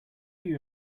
you